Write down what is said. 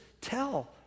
tell